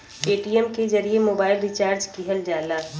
Paytm के जरिए mobile recharge किहल जाला